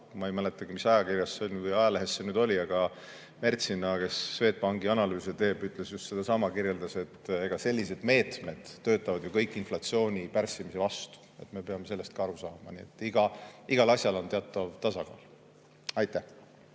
ma ei mäletagi, mis ajakirjas või ajalehes see oli, aga Mertsina, kes Swedbanki analüüsi teeb, ütles sedasama, kirjeldas, et sellised meetmed töötavad ju kõik inflatsiooni pärssimise vastu. Me peame sellest ka aru saama. Igal asjal on teatav tasakaal. Jaak